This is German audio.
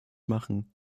machen